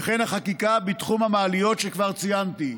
וכן החקיקה בתחום המעליות שכבר ציינתי.